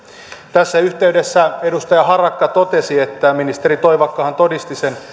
tässä yhteydessä edustaja harakka totesi että ministeri toivakkahan todisti sen